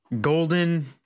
golden